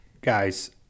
guys